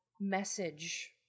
message